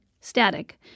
static